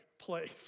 place